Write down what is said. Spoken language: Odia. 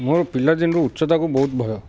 ମୋର ପିଲାଦିନରୁ ଉଚ୍ଚତାକୁ ବହୁତ ଭୟ